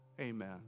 amen